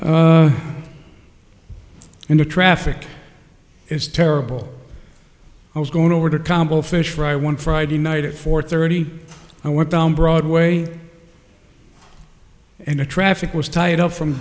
and the traffic is terrible i was going over to combo fish fry one friday night at four thirty i went down broadway and the traffic was tied up from